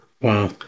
Wow